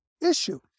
issue